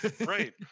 right